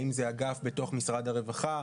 האם זה אגף בתוך משרד הרווחה?